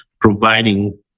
providing